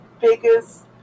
biggest